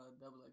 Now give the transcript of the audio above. Double